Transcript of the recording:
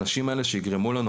האנשים האלה שיגרמו לנו,